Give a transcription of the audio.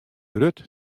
grut